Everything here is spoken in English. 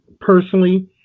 Personally